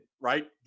right